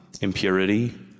impurity